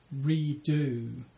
redo